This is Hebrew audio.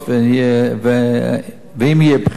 ואם יהיו בחירות,